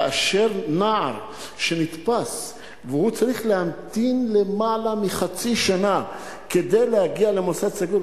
כאשר נער נתפס והוא צריך להמתין למעלה מחצי שנה כדי להגיע למוסד סגור,